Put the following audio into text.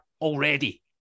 already